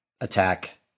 attack